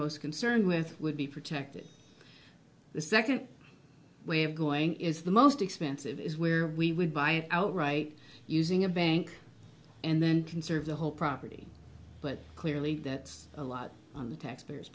most concerned with would be protected the second way of going is the most expensive is where we would buy it outright using a bank and then conserve the whole property but clearly that's a lot on the taxpayers